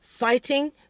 fighting